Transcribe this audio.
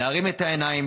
להרים את העיניים,